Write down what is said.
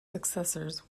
successors